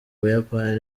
buyapani